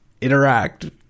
interact